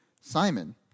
Simon